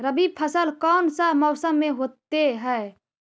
रवि फसल कौन सा मौसम में होते हैं?